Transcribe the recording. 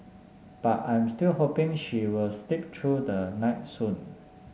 but I'm still hoping she will sleep through the night soon